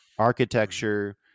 architecture